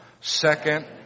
second